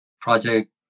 project